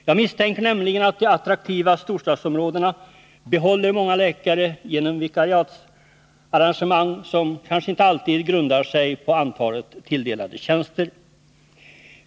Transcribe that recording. Jag misstänker nämligen att de attraktiva storstadsområdena behåller många läkare genom vikariatsarrangemang, som kanske inte alltid grundar sig på antalet tilldelade tjänster.